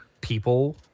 people